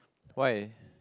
why